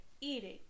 eating